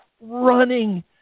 running